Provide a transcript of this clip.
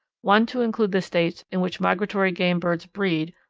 one to include the states in which migratory game birds breed,